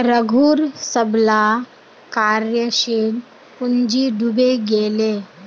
रघूर सबला कार्यशील पूँजी डूबे गेले